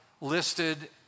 listed